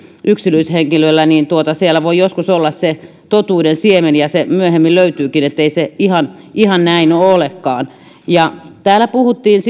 yksityishenkilön toimesta siellä voi joskus olla se totuuden siemen ja se myöhemmin löytyykin eli ei se ihan ihan näin olekaan täällä puhuttiin